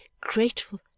grateful